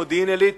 מודיעין-עילית,